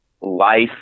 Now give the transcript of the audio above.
life